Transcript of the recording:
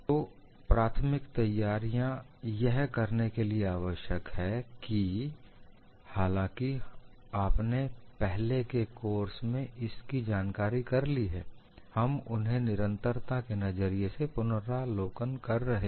तो प्राथमिक तैयारियाँ यह करने के लिए आवश्यक है कि हालांकि आपने पहले के कोर्स में इसकी जानकारी कर ली है हम उन्हें निरंतरता के नजरिए से पुनरावलोकन कर रहे हैं